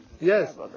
yes